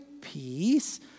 peace